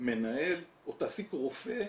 מנהל או תעסיק רופא,